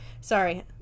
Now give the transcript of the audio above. Sorry